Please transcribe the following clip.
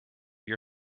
your